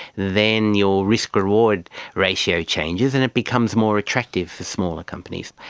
then your risk reward ratio changes and it becomes more attractive for smaller companies.